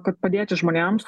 kad padėti žmonėms